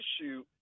issue